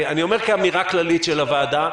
אני אומר כאמירה כללית של הוועדה,